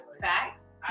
facts